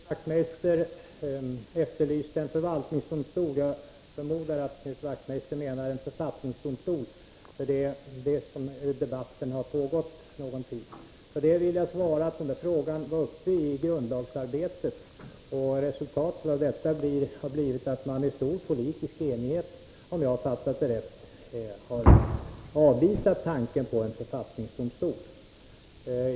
Herr talman! Knut Wachtmeister efterlyste en förvaltningsdomstol. Jag förmodar att han menar en författningsdomstol. Det är därom debatterna pågått någon tid. Jag vill svara att frågan var uppe i grundlagsarbetet, och resultatet har blivit att man i stor politisk enighet — om jag har fattat det rätt — har avvisat tanken på en författningsdomstol.